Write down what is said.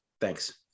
thanks